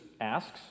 asks